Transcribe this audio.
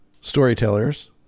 Storytellers